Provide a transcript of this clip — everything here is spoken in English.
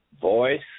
voice